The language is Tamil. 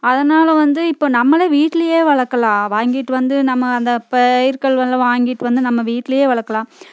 அதனால வந்து இப்போ நம்மளே வீட்டிலையே வளர்க்கலாம் வாங்கிட்டு வந்து நம்ம அந்த பயிர்கள்லாம் வாங்கிட்டு வந்து நம்ம வீட்டிலையே வளர்க்கலாம்